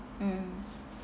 mm